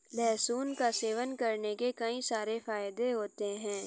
लहसुन का सेवन करने के कई सारे फायदे होते है